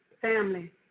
family